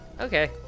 Okay